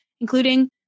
including